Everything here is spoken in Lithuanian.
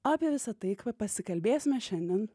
apie visa tai k pasikalbėsime šiandien